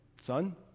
son